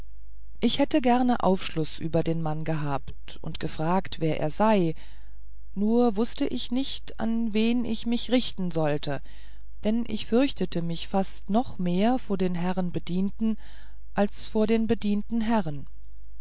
ich hätte gern aufschluß über den mann gehabt und gefragt wer er sei nur wußt ich nicht an wen ich mich richten sollte denn ich fürchtete mich fast noch mehr vor den herren bedienten als vor den bedienten herren